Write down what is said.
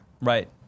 Right